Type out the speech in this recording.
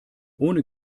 ohne